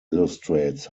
illustrates